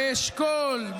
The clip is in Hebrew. באשכול,